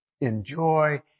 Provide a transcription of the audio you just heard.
enjoy